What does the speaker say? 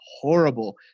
horrible